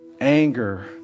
anger